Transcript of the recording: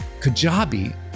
Kajabi